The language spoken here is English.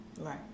Right